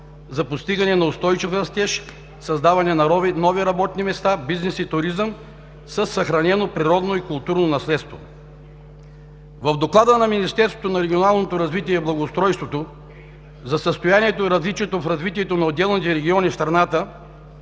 за постигане на устойчив растеж, създаване на нови работни места, бизнес и туризъм, със съхранено природно и културно наследство. В Доклада на Министерството на регионалното развитие и благоустройството за състоянието и различието в развитието на отделните региони в страната